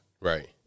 Right